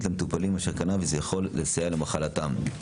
למטופלים אשר קנביס יכול לסייע למחלותיהם.